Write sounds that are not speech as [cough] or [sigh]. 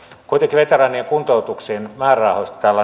kuitenkin veteraanien kuntoutuksien määrärahoista täällä [unintelligible]